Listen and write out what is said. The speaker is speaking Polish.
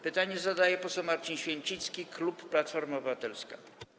Pytanie zadaje poseł Marcin Święcicki, klub Platforma Obywatelska.